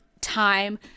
time